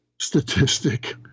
statistic